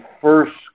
first